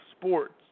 sports